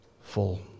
full